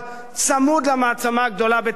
צמוד למעצמה הגדולה בתבל,